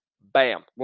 Bam